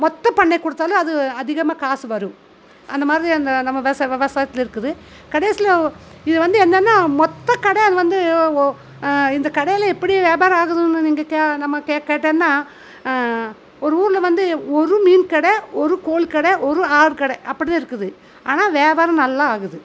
மொத்த பண்ணை கொடுத்தாலும் அது அதிகமாக காசு வரும் அந்த மாதிரி அந்த நம்ம வெவ விவசாயத்துல இருக்குது கடைசியில் இது வந்து என்னென்னா மொத்த கடை அது வந்து இந்த கடையில் எப்படி வியாபாரம் ஆகுதுன்னு நீங்கள் கே நம்ம கேட்டோம்னா ஒரு ஊரில் வந்து ஒரு மீன் கடை ஒரு கோழி கடை ஒரு ஆடு கடை அப்படிலாம் இருக்குது ஆனால் வியாபாரம் நல்லா ஆகுது